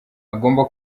agomba